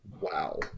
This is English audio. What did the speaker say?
Wow